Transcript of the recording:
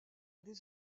des